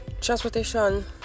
transportation